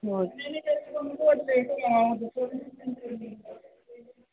ਹੋਰ